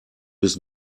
bis